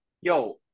yo